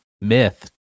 myth